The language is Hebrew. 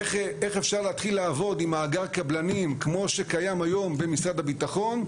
איך אפשר להתחיל לעבוד עם מאגר קבלנים כמו שקיים היום במשרד הבטחון,